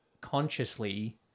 consciously